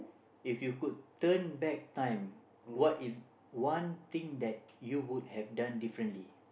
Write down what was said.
if you could turn back time what is one thing that you would have done differently